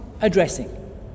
addressing